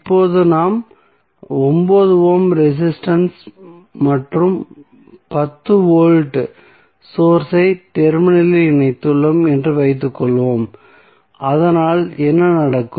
இப்போது நாம் 9 ohm resistance மற்றும் 10 வோல்ட் சோர்ஸ் ஐ டெர்மினலில் இணைத்துள்ளோம் என்று வைத்துக்கொள்வோம் அதனால் என்ன நடக்கும்